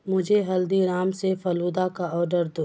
مجھے ہلدی رام سے فلودہ کا آرڈر دو